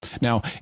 Now